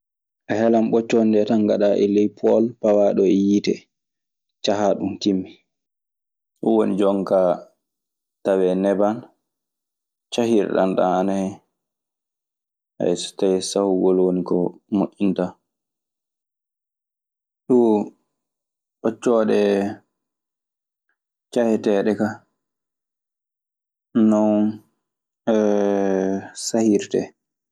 A helan ɓoccooɗee ɗee tan ngaɗaa ley pol, pawaa ɗoo e yiite cahaa ɗum timmi. Ɗun woni jonkaa tawee neban cahirɗan ɗan ana hen. so tawii sahugol woni ko moƴƴintaa. Ɗun ɓoccooɗe caheteeɗe ka, non sahirtee.